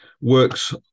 works